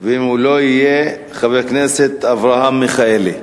ואם הוא לא יהיה, חבר הכנסת אברהם מיכאלי.